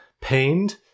pained